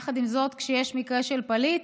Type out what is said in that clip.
עם זאת, כשיש מקרה של פליט